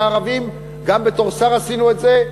גם כשר עשינו את זה,